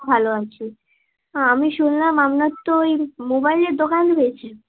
ভালো আছি আমি শুনলাম আপনার তো ওই মোবাইলের দোকান রয়েছে